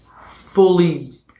fully